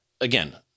Again